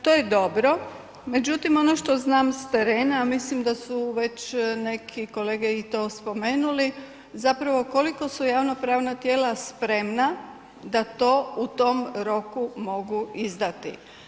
To je dobro, međutim, ono što znam s terena mislim da su već neki kolege i to spomenuli, zapravo koliko su javno pravna tijela spremna da to u tom roku mogu izdati.